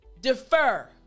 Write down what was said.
Defer